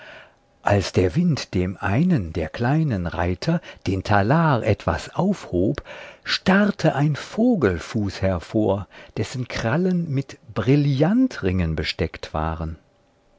als der wind dem einen der kleinen reiter den talar etwas aufhob starrte ein vogelfuß hervor dessen krallen mit brillantringen besteckt waren